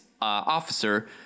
officer